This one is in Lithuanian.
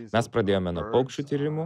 mes pradėjome nuo paukščių tyrimų